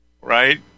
right